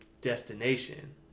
destination